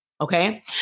okay